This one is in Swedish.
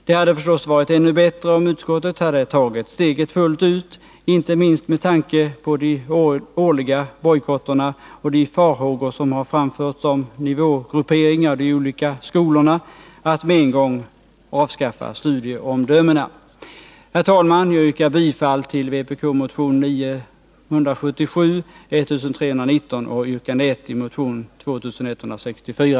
Det hade förstås varit ännu bättre om utskottet hade tagit steget fullt ut, inte minst med tanke på de årliga bojkotterna och de farhågor som har framförts om nivågruppering i de olika skolorna, att med en gång avskaffa studieomdömena. Herr talman! Jag yrkar bifall till vpk-motionerna 977, 1319 och yrkande 1 i motion 2164.